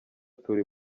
turi